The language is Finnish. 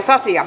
asia